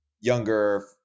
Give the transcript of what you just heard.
younger